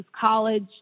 college